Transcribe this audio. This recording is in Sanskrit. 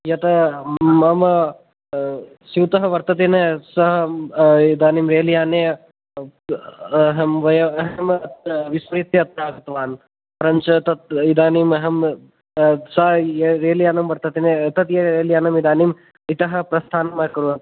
यत् मम स्यूतः वर्तते न सः इदानीं रेल्याने अहं वयं अहमत्र विस्मृत्य अत्र आगतवान् परं च तत् इदानीम् अहं स रेल्यानं वर्तते तद् रेल्यानम् इदानीम् इतः प्रस्थानम् अकरोत्